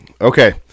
okay